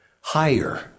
higher